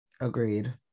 Agreed